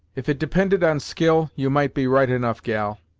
if it depended on skill, you might be right enough, gal,